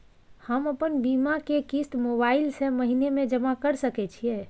हम अपन बीमा के किस्त मोबाईल से महीने में जमा कर सके छिए?